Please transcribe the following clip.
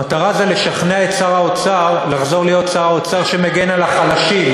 המטרה היא לשכנע את שר האוצר לחזור להיות שר אוצר שמגן על החלשים,